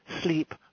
sleep